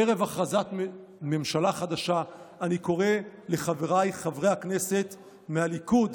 ערב הכרזת ממשלה חדשה אני קורא לחבריי חברי הכנסת מהליכוד: